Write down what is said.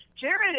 Jared